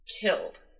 killed